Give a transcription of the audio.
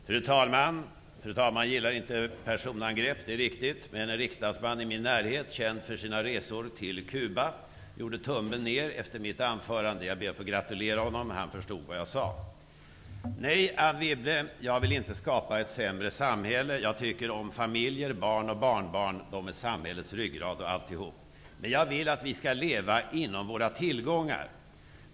Fru talman! Fru talmannen gillar inte personangrepp. Det är riktigt. Men en riksdagsman i min närhet, känd för sina resor till Kuba, gjorde tummen ned efter mitt anförande. Jag ber att få gratulera honom. Han förstod vad jag sade. Nej, Anne Wibble, jag vill inte skapa ett sämre samhälle. Jag tycker om familjer, barn och barnbarn. De är samhällets ryggrad och alltihop. Men jag vill att vi skall leva inom våra tillgångar.